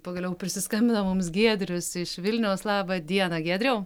pagaliau prisiskambino mums giedrius iš vilniaus laba diena giedriau